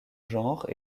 genres